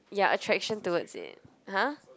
ya attraction towards it huh